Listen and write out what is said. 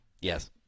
Yes